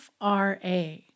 FRA